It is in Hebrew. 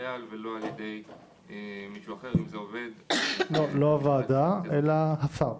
חייל ולא על ידי מישהו אחר --- לא הוועדה אלא השר.